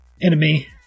Enemy